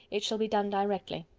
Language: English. it shall be done directly.